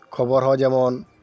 ᱠᱷᱚᱵᱚᱨ ᱦᱚᱸ ᱡᱮᱢᱚᱱ